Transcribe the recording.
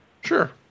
Sure